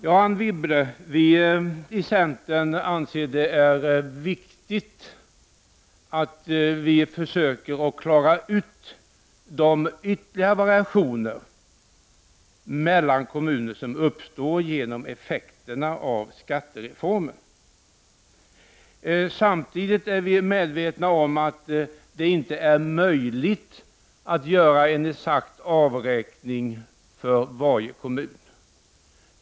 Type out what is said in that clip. Ja, Anne Wibble, vi i centern anser att det är viktigt att försöka klara ut de ytterligare skillnader som uppstår mellan kommuner genom effekterna av skattereformen. Samtidigt är vi medvetna om att det inte är möjligt att göra en exakt avräkning för varje kommun.